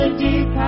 deep